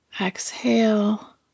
Exhale